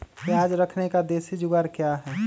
प्याज रखने का देसी जुगाड़ क्या है?